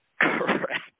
Correct